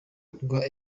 rwa